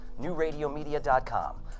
NewRadioMedia.com